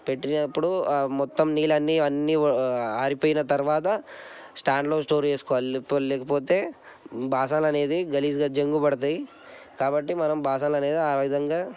పెట్టినప్పుడు మొత్తం నీళ్ళన్నీ అన్నీ ఆరిపోయిన తర్వాత స్టాండ్లో స్టోర్ చేసుకోవాలి లేపో లేకపోతే బాసనలనేది గలీజ్గా జంగు పడతయి కాబట్టి మనం బాసనలు అనేవి ఆ విధంగా